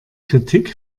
kritik